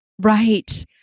Right